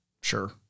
Sure